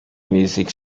music